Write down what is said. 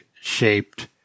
shaped